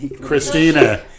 Christina